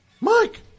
Mike